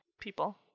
people